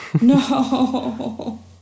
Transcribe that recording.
No